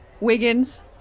Wiggins